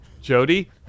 Jody